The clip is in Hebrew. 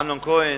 אמנון כהן.